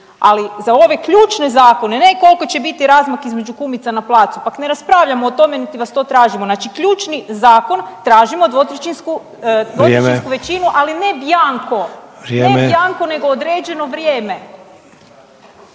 Ali, za ove ključne zakone, ne koliko će biti razmaka između kumica na placu, pa ne raspravljamo o tome niti vas to tražimo, znači ključni zakon tražimo dvotrećinsku većinu .../Upadica: Vrijeme./...